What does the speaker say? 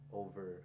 over